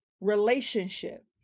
relationship